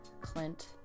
Clint